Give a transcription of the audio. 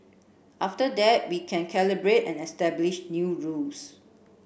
after that we can calibrate and establish new rules